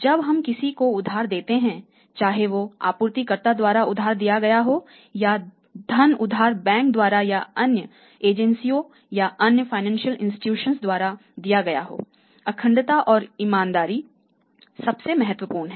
जब हम किसी को उधार दे रहे हैं चाहे वह आपूर्तिकर्ता द्वारा उधार दिया गया हो या धन उधार बैंक द्वारा या अन्य एजेंसियों या अन्य फाइनेंसियल इंस्टीटूशन्स द्वारा दिया गया हो अखंडताऔर ईमानदारी सबसे महत्वपूर्ण है